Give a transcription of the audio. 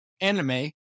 anime